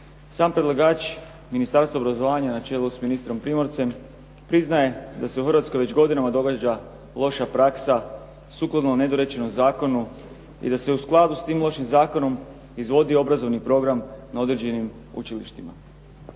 Sam predlagač, Ministarstvo obrazovanja na čelu s ministrom primorcem priznaje da se u Hrvatskoj već godinama događa loša praksa, sukladno nedorečenom zakonu i da se u skladu s tim lošim zakonom izvodi obrazovni program na određenim učilištima.